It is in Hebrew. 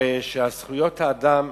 הרי שזכויות האדם